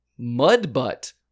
Mudbutt